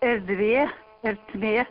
erdvė ertmė